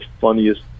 funniest